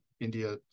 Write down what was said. India